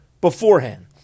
beforehand